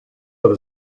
with